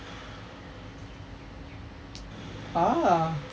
ah